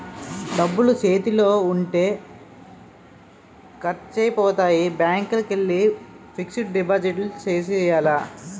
డబ్బులు సేతిలో ఉంటే ఖర్సైపోతాయి బ్యాంకికెల్లి ఫిక్సడు డిపాజిట్ సేసియ్యాల